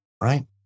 right